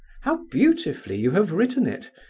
how beautifully you have written it!